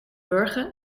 wurgen